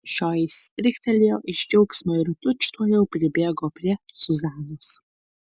šioji stryktelėjo iš džiaugsmo ir tučtuojau pribėgo prie zuzanos